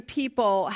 people